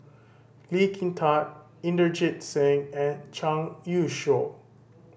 Lee Kin Tat Inderjit Singh and Zhang Youshuo